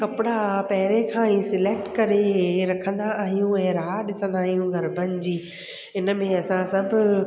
कपिड़ा पहिरें खां ई सिलेक्ट करे रखंदा आहियूं ऐं राह ॾिसंदा आहियूं गरबनि जी हिन में असां सभु